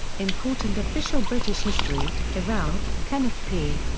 important official british history werrell, kenneth p.